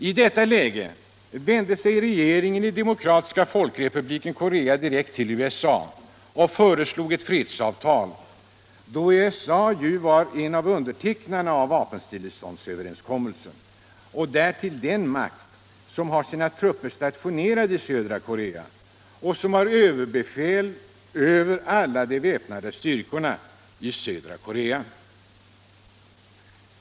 I detta läge vände sig regeringen i Demokratiska folkrepubliken Korea direkt till USA och föreslog ett fredsavtal, då USA ju var en av undertecknarna av vapenstilleståndsöverenskommelsen och därtill den makt som har sina trupper stationerade i södra Korea och som har överbefäl över alla de väpnade styrkorna där.